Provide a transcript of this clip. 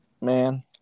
Man